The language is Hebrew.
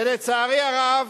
ולצערי הרב,